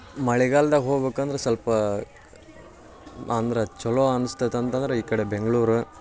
ಮಳೆಗಾಲ್ದಾಗ ಹೋಗ್ಬೇಕಂದ್ರೆ ಸ್ವಲ್ಪ ಅಂದ್ರೆ ಚಲೋ ಅನಿಸ್ತೈತೆ ಅಂತಂದ್ರೆ ಈ ಕಡೆ ಬೆಂಗ್ಳೂರು